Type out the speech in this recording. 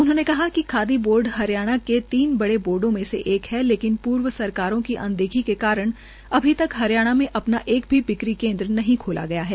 उन्होंने कहा कि खादी बोर्ड के तीन बड़े बोर्डो में एक है लेकिन पर्वसरकारों की अनदेखी के कारण अभी तक हरियाणा में अपना एक भी बिक्री केन्द नहीं खोला गया है